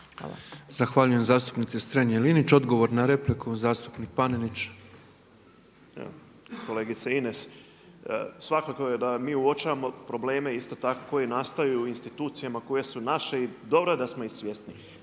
Zahvaljujem zastupnici Strenji-Linić. Odgovor na repliku zastupnik Panenić. **Panenić, Tomislav (MOST)** Kolegice Ines, svakako da mi uočavamo probleme isto tako koji nastaju u institucijama koje su naše i dobro je da smo ih svjesni.